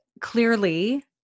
clearly